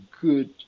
good